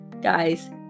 guys